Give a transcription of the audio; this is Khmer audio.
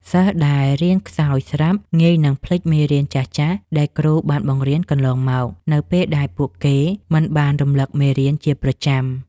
សិស្សដែលរៀនខ្សោយស្រាប់ ងាយនឹងភ្លេចមេរៀនចាស់ៗដែលគ្រូបានបង្រៀនកន្លងមក នៅពេលដែលពួកគេមិនបានរំលឹកមេរៀនជាប្រចាំ។